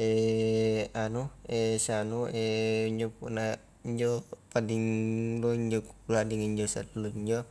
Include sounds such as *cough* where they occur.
*hesitation* anu *hesitation* sianu *hesitation* injo punna *hesitation* injo paling loe kulaling injo siallo injo.